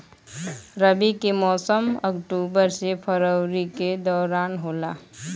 रबी के मौसम अक्टूबर से फरवरी के दौरान होला